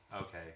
Okay